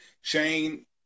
Shane